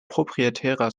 proprietärer